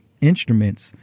instruments